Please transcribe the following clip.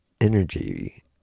energy